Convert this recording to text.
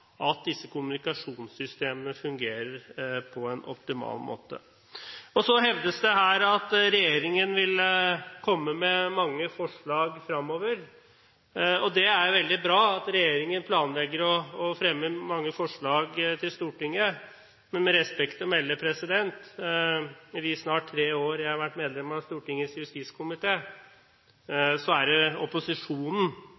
at disse kommunikasjonssystemene fungerer på en optimal måte. Så hevdes det her at regjeringen vil komme med mange forslag fremover. Det er veldig bra at regjeringen planlegger å fremme mange forslag til Stortinget, men, med respekt å melde, i de snart tre årene jeg har vært medlem av Stortingets